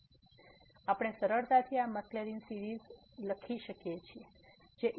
તેથી આપણે સરળતાથી આ મેક્લેરિન સીરીઝ લખી શકીએ છીએ જે ex1xx22